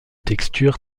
texture